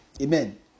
Amen